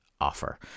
offer